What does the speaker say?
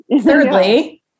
thirdly